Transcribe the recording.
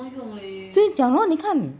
所以讲咯你看